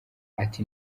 ati